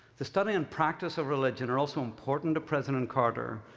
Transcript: the study and practice of religion are also important to president carter.